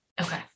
Okay